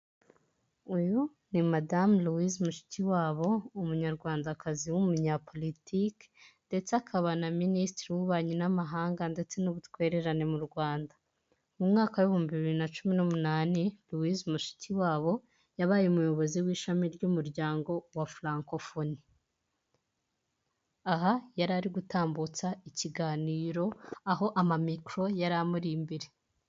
Uyu ni madame Louise Mushikiwabo umunyarwandakazi w'umunyapolitike ndetse akaba na minisitiri w'ububanyi n'amahanga ndetse n'ubutwererane mu Rwanda, mu mwaka ibihumbi bibiri na cumi n'umunani Louise Mushikiwabo yabaye umuyobozi w'ishami ry'umuryango wa furankofone, aha yari ari gutambutsa ikiganiro aho amamikoro yari amuri imbere.